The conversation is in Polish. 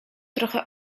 trochę